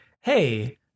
hey